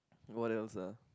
what else ah